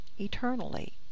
eternally